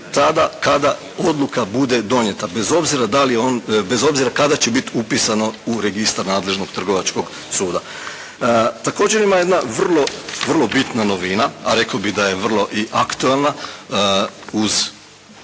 tada kada odluka bude donijeta bez obzira kada će biti upisano u registar nadležnog trgovačkog suda. Također ima jedna vrlo bitna novina, a rekao bih da je i vrlo aktualna uz